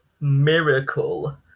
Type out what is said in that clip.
Miracle